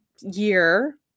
year